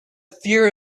fear